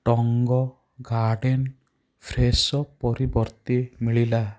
tongue Garden Fresho ପରିବର୍ତ୍ତେ ମିଳିଲା